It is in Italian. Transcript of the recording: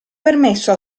permesso